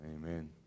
Amen